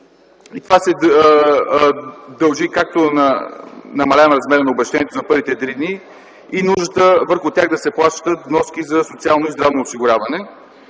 и това се дължи както на намаляване размера на обезщетението за първите три дни, така и на нуждата върху тях да се плащат вноски за социално и здравно осигуряване.